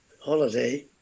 holiday